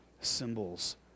symbols